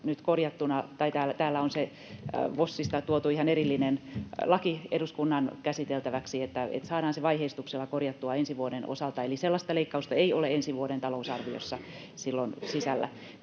Täällä on se VOSista tuotu ihan erillinen laki eduskunnan käsiteltäväksi, että saadaan se vaiheistuksella korjattua ensi vuoden osalta, eli sellaista leikkausta ei ole ensi vuoden talousarviossa silloin sisällä.